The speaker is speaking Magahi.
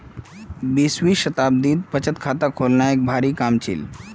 बीसवीं शताब्दीत बचत खाता खोलना एक भारी काम छील